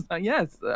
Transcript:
yes